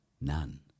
none